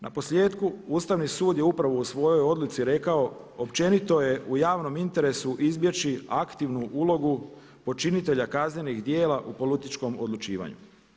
Naposljetku Ustavni sud je upravo u svojoj odluci rekao općenito je u javnom interesu izbjeći aktivnu ulogu počinitelja kaznenih djela u političkom odlučivanju.